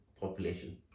population